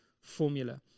formula